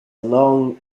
long